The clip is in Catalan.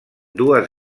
dues